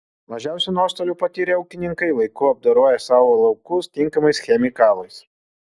mažiausių nuostolių patyrė ūkininkai laiku apdoroję savo laukus tinkamais chemikalais